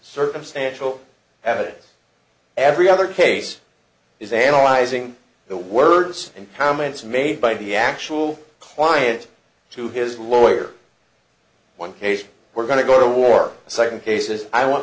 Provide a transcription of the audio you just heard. circumstantial evidence every other case is analyzing the words impoundments made by the actual client to his lawyer one case we're going to go to war second cases i want